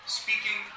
speaking